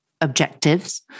objectives